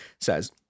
says